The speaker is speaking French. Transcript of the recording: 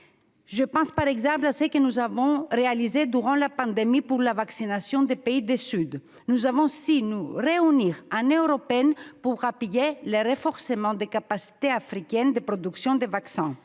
Je pense, par exemple, à ce que nous avons fait durant la pandémie pour la vaccination des pays du Sud. Nous avons su nous réunir, en Européens, pour appuyer le renforcement des capacités africaines de production de vaccins.